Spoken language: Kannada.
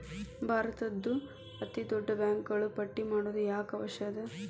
ಭಾರತದ್ದು ಅತೇ ದೊಡ್ಡ ಬ್ಯಾಂಕುಗಳ ಪಟ್ಟಿ ಮಾಡೊದು ಯಾಕ್ ಅವಶ್ಯ ಅದ?